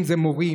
אם זה מורים,